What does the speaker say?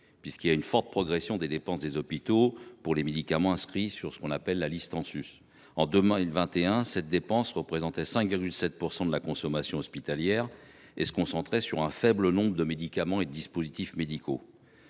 observe une forte progression des dépenses des hôpitaux pour les médicaments inscrits sur la liste en sus. En 2021, cette dépense représente 5,7 % de la consommation hospitalière et se concentre sur un faible nombre de médicaments et de dispositifs médicaux.